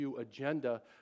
agenda